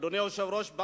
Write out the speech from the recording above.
אדוני היושב-ראש,